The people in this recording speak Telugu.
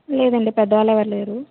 లేదండి పెద్దవాళ్ళు ఎవరూ లేరు